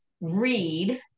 read